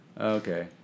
Okay